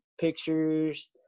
pictures